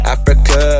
Africa